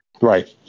Right